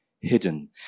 hidden